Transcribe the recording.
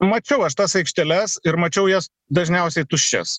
mačiau aš tas aikšteles ir mačiau jas dažniausiai tuščias